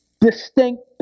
distinct